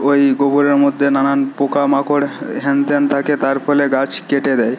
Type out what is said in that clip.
ওই গোবরের মধ্যে নানান পোকামাকড় হ্যানত্যান থাকে তার ফলে গাছ কেটে দেয়